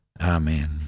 Amen